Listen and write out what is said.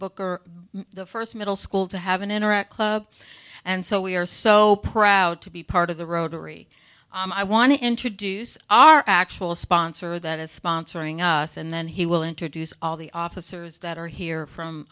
booker the first middle school to have an anorak club and so we are so so proud to be part of the rotary i want to introduce our actual sponsor that is sponsoring us and then he will introduce all the officers that are here